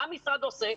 מה המשרד עושה?